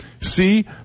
See